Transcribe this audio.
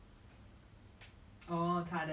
exactly I feel like it's very salty talk